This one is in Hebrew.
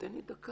תן לי דקה.